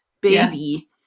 baby